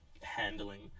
handling